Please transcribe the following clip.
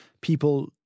people